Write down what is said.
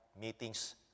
meetings